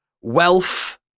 wealth